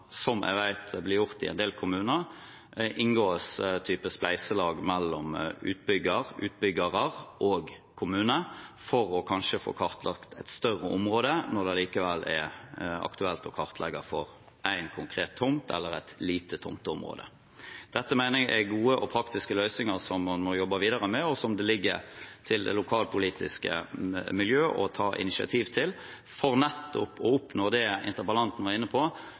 som jeg vet blir gjort i en del kommuner – inngår en type spleiselag mellom utbygger/utbyggere og kommune for kanskje å få kartlagt et større område når det allikevel er aktuelt å kartlegge for en konkret tomt eller et lite tomteområde. Dette mener jeg er gode og praktiske løsninger som man må jobbe videre med, og som det ligger til det lokalpolitiske miljø å ta initiativ til for nettopp å oppnå det interpellanten var inne på: